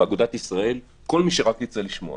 מאגודת ישראל ומהמשותפת כל מי שרק ירצה לשמוע